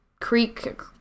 creek